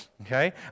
Okay